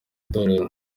torero